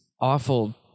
awful